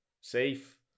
safe